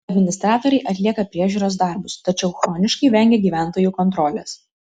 administratoriai atlieka priežiūros darbus tačiau chroniškai vengia gyventojų kontrolės